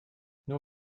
nur